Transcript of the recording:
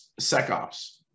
SecOps